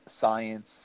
science